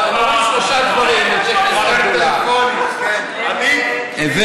יש שלושה דברים שאמרו אנשי כנסת הגדולה: "הוו